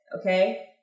Okay